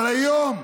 אבל היום,